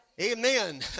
Amen